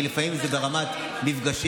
כי לפעמים זה ברמת שניים,